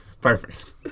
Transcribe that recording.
Perfect